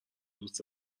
دوست